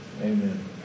Amen